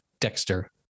dexter